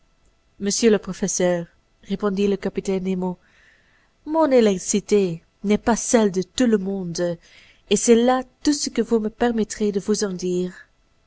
monsieur le professeur répondit le capitaine nemo mon électricité n'est pas celle de tout le monde et c'est là tout ce que vous me permettrez de vous en dire